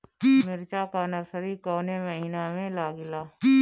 मिरचा का नर्सरी कौने महीना में लागिला?